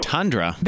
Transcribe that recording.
Tundra